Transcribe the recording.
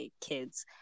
kids